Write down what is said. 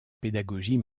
pédagogie